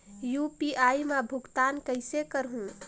UPI मा भुगतान कइसे करहूं?